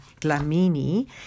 Glamini